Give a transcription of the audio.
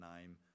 name